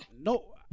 No